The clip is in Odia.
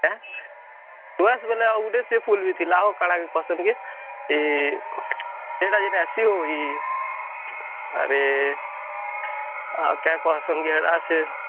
ଆଁ ଉଆଁସ ବୋଲେ ଆଉ ଗୋଟେ ସେ ଫୁଲ୍ ଥିଲା ଆଉ କାଣ କହୁଛନ୍ତି କି ଏଇଟା ଏଇଟା ଆସିବ କି ଆରେ ଆଉ କ୍ୟା କରୁସନ୍ ସେଇଟା ସେ